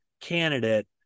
candidate